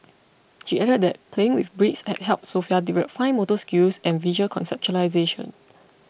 she added that playing with bricks had helped Sofia develop fine motor skills and visual conceptualisation